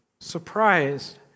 surprised